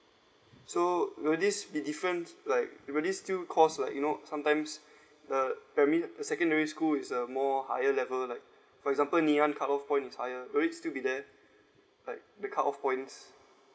so will this be different like will it still cause like you know sometimes uh I mean the secondary school is a more higher level like for example ngee ann cut off points is higher will it still be there like the cut off points